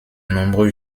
nombreux